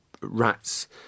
rats